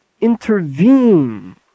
intervene